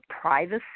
privacy